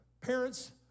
parents